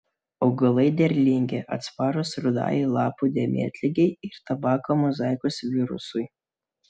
augalai derlingi atsparūs rudajai lapų dėmėtligei ir tabako mozaikos virusui